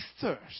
thirst